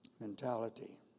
mentality